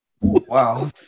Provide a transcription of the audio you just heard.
Wow